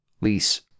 Lease